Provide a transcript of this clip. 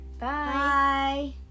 Bye